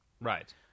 Right